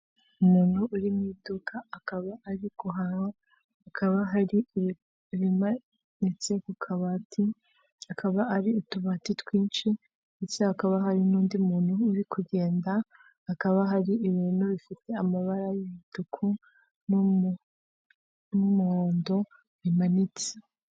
Umuntu uri mu iduka, akaba ari guhaha, hakaba hari ibimanitse ku kababati, akaba ari utubati twinshi , ndetse hakaba hari n'undi muntu uri kugenda, hakaba hari ibintu bifite amabara y'umutuku n'umuhondo bimanitse.